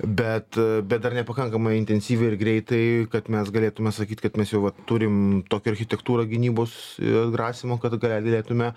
bet bet dar nepakankamai intensyviai ir greitai kad mes galėtume sakyt kad mes jau vat turim tokią architektūrą gynybos i grasymo kad galėtume